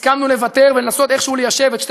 הסכמנו לוותר ולנסות איכשהו ליישב את שתי